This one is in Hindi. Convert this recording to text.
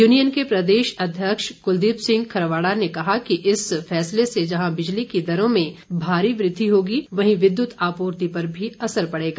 यूनियन के प्रदेश अध्यक्ष कुलदीप सिंह खरवाड़ा ने कहा कि इस फैसले से जहां बिजली की दरों में भारी वृद्धि होगी वहीं विद्युत आपूर्ति पर भी असर पड़ेगा